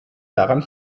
daran